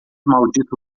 maldito